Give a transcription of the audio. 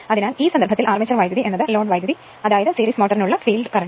അതിനാൽ ആ സന്ദർഭത്തിൽ armature current load current series മോട്ടോറിനുള്ള ഫീൽഡ് കറന്റ്